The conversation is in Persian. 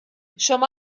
شما